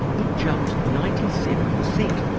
it jumped ninety seven percent.